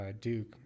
Duke